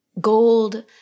Gold